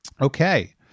Okay